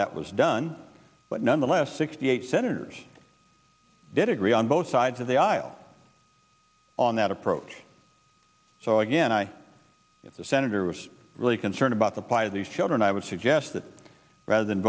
that was done but nonetheless sixty eight senators did agree on both sides of the aisle on that approach so again i give the senator was really concerned about the plight of these children i would suggest that rather than